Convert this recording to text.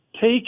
take